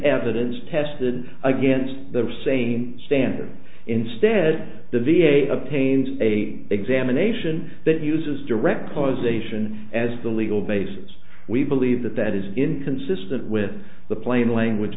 evidence tested against the same standard instead the v a obtains a examination that uses direct causation as the legal basis we believe that that is inconsistent with the plain language